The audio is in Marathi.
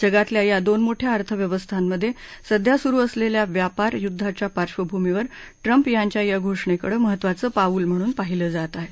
जगातल्या या दोन मोठ्या अर्थव्यवस्थांमधे सध्या सुरु असलेल्या व्यापार युद्धाच्या पार्बंभूमीवर ट्रम्प यांच्या या घोषणेकडे महत्वाचं पाऊल म्हणून पाहिलं जातं